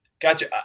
Gotcha